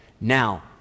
Now